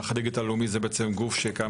מערך הדיגיטל הלאומי הוא גוף שקיים